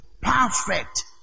Perfect